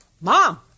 mom